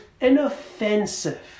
inoffensive